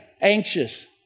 anxious